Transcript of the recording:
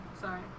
Sorry